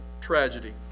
tragedy